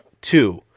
two